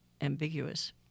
ambiguous